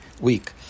week